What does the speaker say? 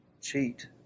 cheat